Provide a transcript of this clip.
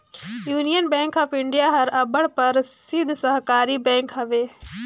union Bank of India हर अब्बड़ परसिद्ध सहकारी बेंक हवे